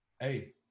hey